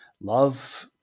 love